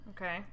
Okay